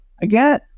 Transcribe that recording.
again